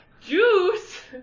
Juice